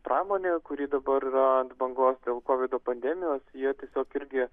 pramonė kuri dabar ant bangos dėl kovido pandemijos jie tiesiog irgi